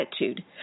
attitude